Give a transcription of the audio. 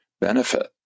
benefit